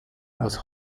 aus